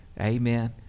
amen